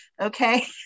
okay